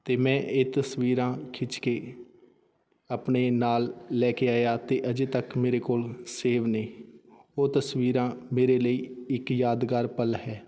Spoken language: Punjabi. ਅਤੇ ਮੈਂ ਇਹ ਤਸਵੀਰਾਂ ਖਿੱਚ ਕੇ ਆਪਣੇ ਨਾਲ ਲੈ ਕੇ ਆਇਆ ਅਤੇ ਅਜੇ ਤੱਕ ਮੇਰੇ ਕੋਲ ਸੇਵ ਨੇ ਉਹ ਤਸਵੀਰਾਂ ਮੇਰੇ ਲਈ ਇੱਕ ਯਾਦਗਾਰ ਪਲ ਹੈ